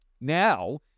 Now